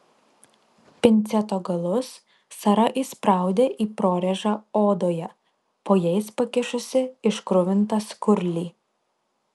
pinceto galus sara įspraudė į prorėžą odoje po jais pakišusi iškruvintą skurlį